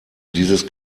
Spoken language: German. dieses